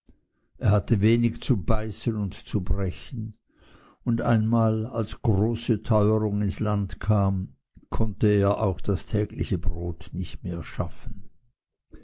er hatte wenig zu beißen und zu brechen und einmal als große teuerung ins land kam konnte er auch das tägliche brot nicht mehr schaffen